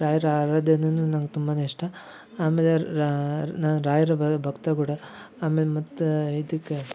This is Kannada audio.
ರಾಯರ ಆರಾಧನೇನೂ ನಂಗೆ ತುಂಬಾನೆ ಇಷ್ಟ ಆಮೇಲೆ ರಾ ನಾ ರಾಯರ ಭಕ್ತ ಕೂಡ ಆಮೇಲೆ ಮತ್ತೆ ಇದಕ್ಕೆ